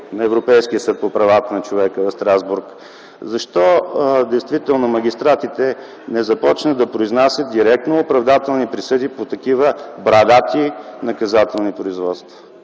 на Европейския съд по правата на човека в Страсбург, защо действително магистратите не започнат да произнасят директно оправдателни присъди по такива брадати наказателни производства